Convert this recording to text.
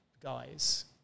guys